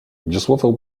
wiosłował